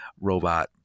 robot